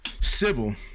Sybil